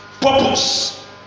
purpose